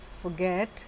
forget